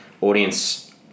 Audience